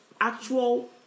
actual